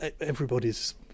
everybody's